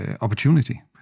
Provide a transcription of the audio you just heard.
opportunity